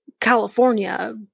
California